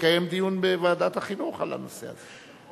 יקיים דיון בוועדת החינוך על הנושא הזה.